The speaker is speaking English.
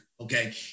Okay